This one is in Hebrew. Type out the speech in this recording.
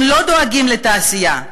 הם לא דואגים לתעשייה,